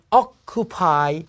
occupy